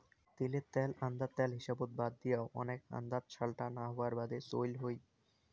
তিলের ত্যাল আন্দার ত্যাল হিসাবত বাদ দিয়াও, ওনেক আন্দাত স্যালটা না হবার বাদে চইল হই